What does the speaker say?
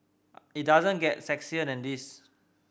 it doesn't get sexier than this